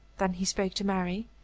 then he spoke to mary.